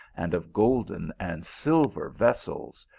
and of golden and silver vessels,